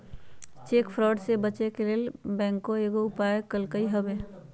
cheque fraud से बचे के लेल बैंकों कयगो उपाय कलकइ हबे